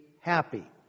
happy